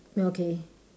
okay